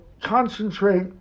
concentrate